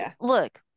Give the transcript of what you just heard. look